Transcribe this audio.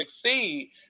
succeed